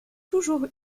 toujours